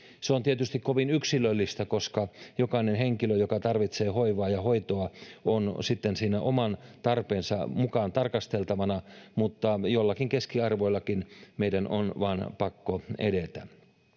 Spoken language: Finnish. se on tietysti kovin yksilöllistä koska jokainen henkilö joka tarvitsee hoivaa ja hoitoa on siinä oman tarpeensa mukaan tarkasteltavana mutta joillakin keskiarvoillakin meidän on vain pakko edetä